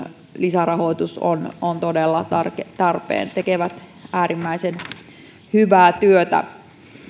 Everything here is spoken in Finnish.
lisärahoitus on on todella tarpeen tekevät äärimmäisen hyvää työtä